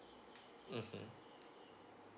mm